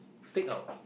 stakeout